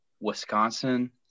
Wisconsin